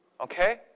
okay